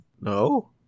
No